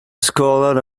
scholar